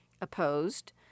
opposed